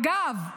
אגב,